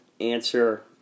answer